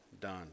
done